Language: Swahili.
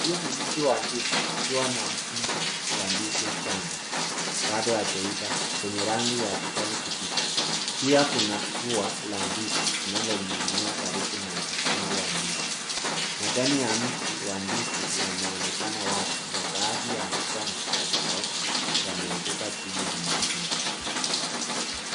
Hii ni mti wa ndizi, ukiwa na mkungu wa ndizi mchanga bado haijaiva zenye rangi ya kijani kibichi pia kuna kuwa la ndizi inayo ninginia karibu na mkungu wa ndizi. Majani wa mti wa ndizi yame onekana wazi na baadhi ya majani yalikauka yame anguka chini ya mkungu.